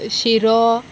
शिरो